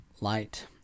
Light